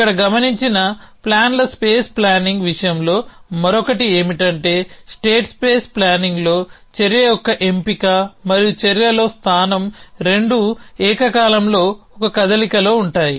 ఇక్కడ గమనించిన ప్లాన్ల స్పేస్ ప్లానింగ్ విషయంలో మరొకటి ఏమిటంటే స్టేట్ ప్లేస్ ప్లానింగ్లో చర్య యొక్క ఎంపిక మరియు చర్యలో స్థానం రెండూ ఏకకాలంలో ఒక కదలికలో ఉంటాయి